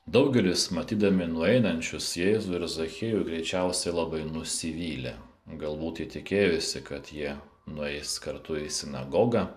daugelis matydami nueinančius jėzų ir zachiejų greičiausiai labai nusivylė galbūt jie tikėjosi kad jie nueis kartu į sinagogą